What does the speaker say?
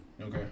Okay